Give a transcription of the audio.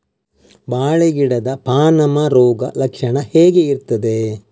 ಬಾಳೆ ಗಿಡದ ಪಾನಮ ರೋಗ ಲಕ್ಷಣ ಹೇಗೆ ಇರ್ತದೆ?